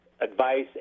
advice